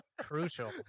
crucial